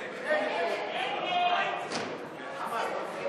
לתיקון פקודת התעבורה (החלת חובת הדלקת